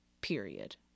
period